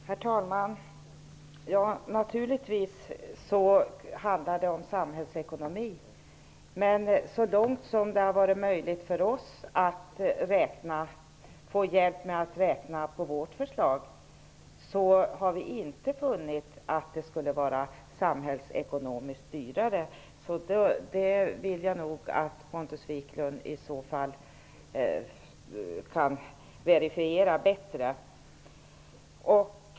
Herr talman! Det handlar naturligtvis om samhällsekonomi, men i den mån det har varit möjligt för oss att få hjälp med att räkna på vårt förslag har vi inte funnit att det skulle vara samhällsekonomiskt dyrare. Detta vill jag nog att Pontus Wiklund i så fall verifierar bättre.